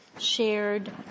Shared